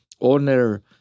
owner